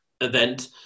event